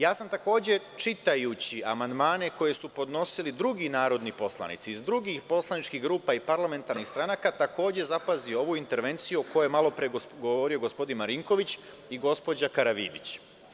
Ja sam takođe čitajući amandmane koje su podnosili drugi narodni poslanici iz drugih poslaničkih grupa i parlamentarnih stranaka takođe zapazio ovu intervenciju o kojoj je malopre govorio gospodin Marinković i gospođa Karavidić.